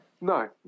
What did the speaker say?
No